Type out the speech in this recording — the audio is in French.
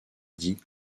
dit